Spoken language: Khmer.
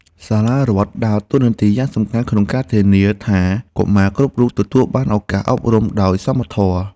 សាលារដ្ឋដើរតួនាទីយ៉ាងសំខាន់ក្នុងការធានាថាកុមារគ្រប់រូបទទួលបានឱកាសអប់រំដោយសមធម៌។